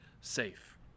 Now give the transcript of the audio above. safe